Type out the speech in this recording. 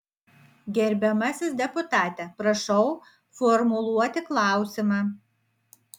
gerbiamasis deputate prašau formuluoti klausimą